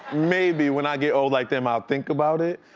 maybe, when i get old like them, i'll think about it,